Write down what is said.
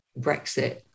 Brexit